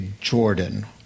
Jordan